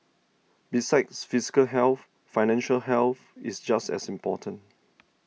besides physical health financial health is just as important